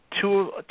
two